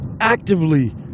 actively